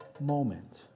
moment